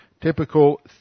typical